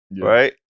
right